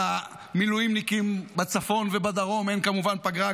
למילואימניקים בצפון ובדרום אין כמובן פגרה,